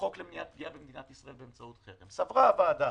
בחוק למניעת פגיעה במדינת ישראל באמצעות חרם סברה העמותה,